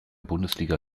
bundesliga